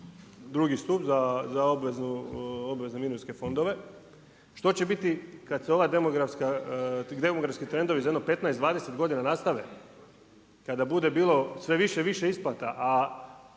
drugi stup za obvezene mirovinske fondove. Što će biti kad se ovi demografski trendovi za jedno 15, 20 godina nastave? Kada bude bilo sve više i više isplata,